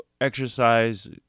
exercise